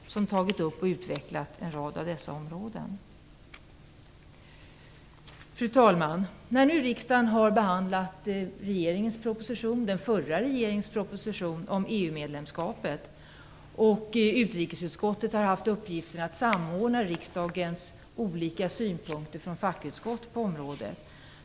De har där tagit upp och utvecklat en rad av dessa frågor. Fru talman! Utskotten har nu behandlat den förra regeringens proposition om EU-medlemskapet, och utrikesutskottet har haft uppgiften att samordna de olika fackutskottens synpunkter på området.